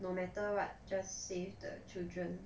no matter what just save the children